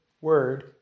word